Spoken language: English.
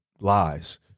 Lies